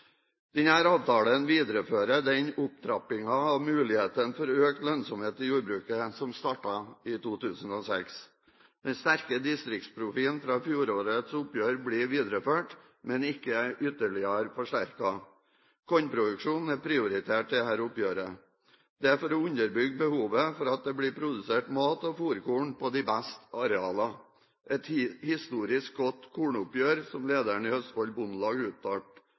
den opptrappingen av muligheter for økt lønnsomhet i jordbruket som startet i 2006. Den sterke distriktsprofilen fra fjorårets oppgjør blir videreført, men ikke ytterligere forsterket. Kornproduksjon er prioritert i dette oppgjøret, dette for å underbygge behovet for at det blir produsert mat- og fôrkorn på de beste arealene – «et historisk godt kornoppgjør», som lederen i Østfold Bondelag uttalte